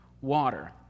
water